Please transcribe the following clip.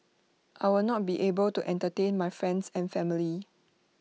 I will not be able to entertain my friends and family